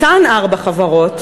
אותן ארבע חברות,